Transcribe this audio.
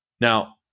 Now